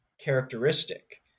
characteristic